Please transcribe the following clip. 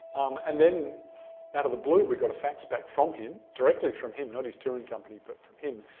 and then out of the blue we got a fax back from him, directly from him, not his touring company, but from him,